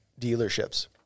dealerships